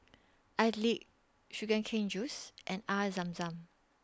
Idly Sugar Cane Juice and Air Zam Zam